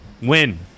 Win